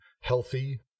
healthy